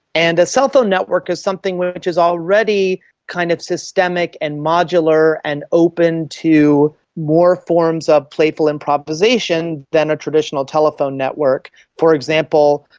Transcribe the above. and a cell phone network is something which which is already kind of systemic and modular and open to more forms of playful improvisation improvisation than a traditional telephone network for example,